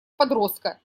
подростка